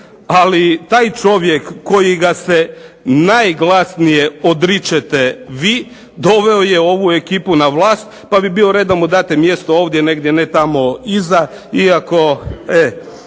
ali taj čovjek koji ga se najglasnije odričete vi, doveo je ovu ekipu na vlast, pa bi bio red da mu date mjesto ovdje, negdje a ne tamo iza. Iako